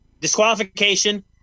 disqualification